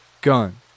gun